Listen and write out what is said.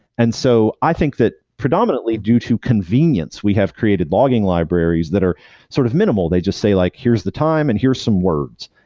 and so i think that predominantly due to convenience, we have created logging libraries that are sort of minimal. they just say like, here's the time and here's some words.